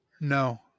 No